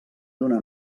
donar